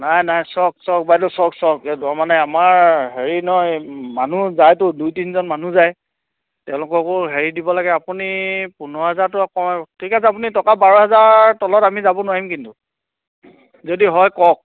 নাই নাই চাওক চাওক বাইদেউ চাওক চাওক এইটো মানে আমাৰ হেৰি নহয় মানুহ যাইটো দুই তিনি জন মানুহ যায় তেওঁলোককো হেৰি দিব লাগে আপুনি পোন্ধৰ হাজাৰ টো অকণমান ঠিক আছে আপুনি টকা বাৰ হাজাৰ তলত আমি যাব নোৱাৰিম কিন্তু যদি হয় কওঁক